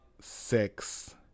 six